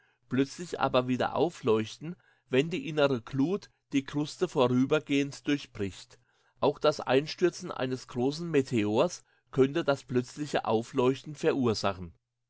plötzlich aber wieder aufleuchten wenn die innere glut die kruste vorübergehend durchbricht auch das einstürzen eines großen meteors könnte das plötzliche aufleuchten verursachen